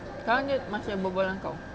sekarang dia macam berbual dengan kau